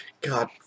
God